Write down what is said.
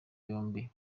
yombi